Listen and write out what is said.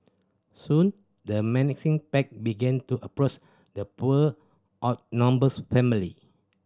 soon the menacing pack began to approach the poor outnumbers family